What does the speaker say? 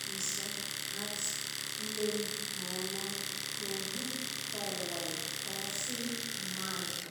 pisa. hats. lim. monom. mohit. towal. tosi. malto.